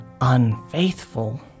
unfaithful